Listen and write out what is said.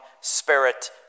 spirit